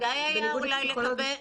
---< דובר >> אורלי פרומן (יש עתיד-תל"ם):